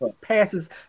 passes